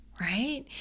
right